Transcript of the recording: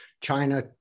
China